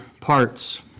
parts